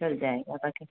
चल जाएगा बाकी